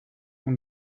one